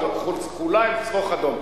כחולה עם שרוך אדום.